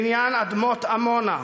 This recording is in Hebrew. בעניין אדמות עמונה,